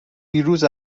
ویروس